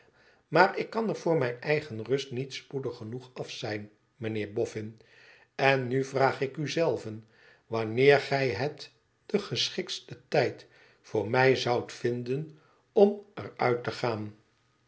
maar ik kan er voor mijne eigen rust niet spoedig genoeg af zijn mijnheer boffin en nu vraag ik u zelven wanneer gij het den geschiksten tijd voor mij zoudt vinden om er uit te gaan